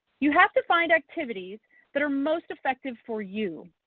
you have to find activities that are most effective for you.